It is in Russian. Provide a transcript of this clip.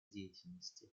деятельности